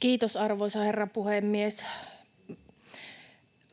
Kiitos, arvoisa herra puhemies!